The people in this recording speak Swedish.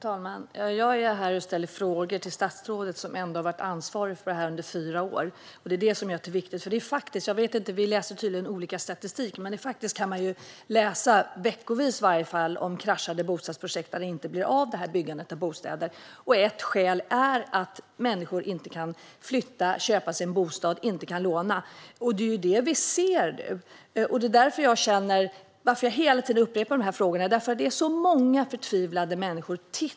Fru talman! Jag är här för att ställa frågor till statsrådet som ändå har varit ansvarig för detta område under fyra år. Det är det som gör att det blir viktigt. Jag vet inte riktigt hur det ligger till, men vi verkar läsa olika statistik. Man kan varje vecka läsa om kraschade bostadsprojekt där det inte blir av att man bygger några bostäder. Ett skäl är att människor inte kan flytta, köpa en bostad eller låna. Detta ser vi nu, och därför upprepar jag mina frågor. Det finns så många förtvivlade människor.